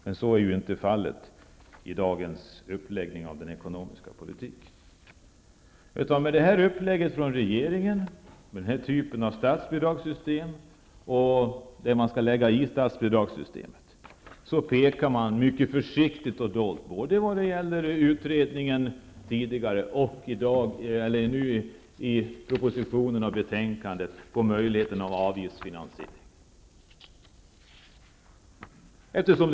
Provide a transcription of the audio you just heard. Men så är inte fallet med dagens uppläggning av den ekonomiska politiken. Med detta förslag från regeringen till denna typen av statsbidragssytem, pekar man mycket försiktigt och dolt, både tidigare i utredningen och nu i propositionen och betänkandet, på möjligheten till avgiftsfinansiering.